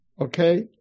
Okay